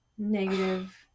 negative